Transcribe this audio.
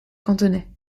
cantonais